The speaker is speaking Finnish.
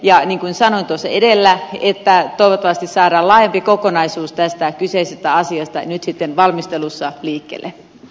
ja niin kuin sanoin tuossa edellä toivottavasti saadaan laajempi kokonaisuus tästä kyseisestä asiasta nyt sitten valmistelussa liikkeelle